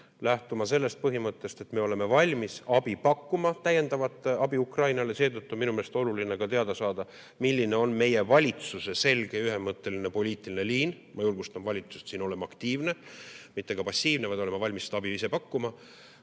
lähtuma sellest põhimõttest, et me oleme valmis Ukrainale täiendavat abi pakkuma. Seetõttu on minu meelest oluline teada saada, milline on meie valitsuse selge ja ühemõtteline poliitiline liin. Ma julgustan valitsust siin olema aktiivne, mitte passiivne, ja olema valmis seda abi ise pakkuma.